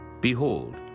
Behold